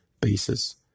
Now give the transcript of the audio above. bases